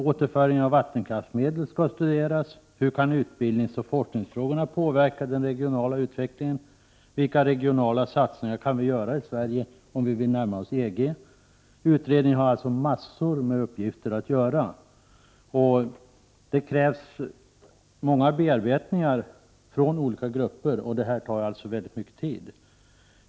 Återföring av vattenkraftsmedel skall studeras, liksom hur utbildningsoch forskningsfrågorna kan påverka den regionala utvecklingen och vilka regionala satsningar vi kan göra i Sverige, om vi vill närma oss EG. Utredningen har alltså mängder av uppgifter som kräver bearbetningar i olika grupper. Detta tar tid.